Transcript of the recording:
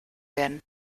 werden